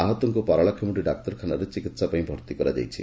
ଆହତଙ୍କୁ ପାରଳାଖେମୁଖି ଡାକ୍ତରଖାନାରେ ଚିକିହାପାଇଁ ଭର୍ତ୍ତି କରାଯାଇଛି